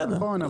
זה נכון.